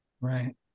right